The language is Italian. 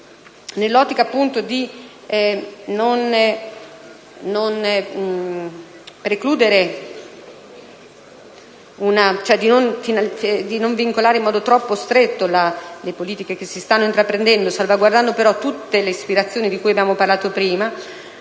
nell'ottica di non vincolare in modo troppo stretto le politiche che si stanno intraprendendo, salvaguardando però tutte ispirazioni di cui abbiamo parlato prima,